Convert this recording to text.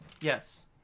Yes